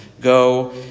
go